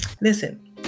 listen